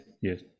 yes